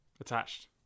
Attached